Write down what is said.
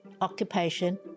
Occupation